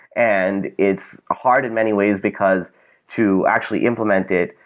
and it's hard in many ways, because to actually implement it,